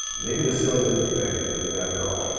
maybe the ceiling isn't a good idea for these after all.